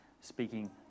speaking